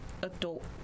adult